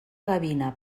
gavina